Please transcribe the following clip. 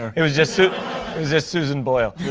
it was just so was just susan boyle.